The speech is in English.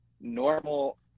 normal